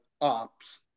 ops